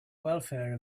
welfare